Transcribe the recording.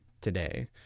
today